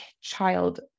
child